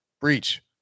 breach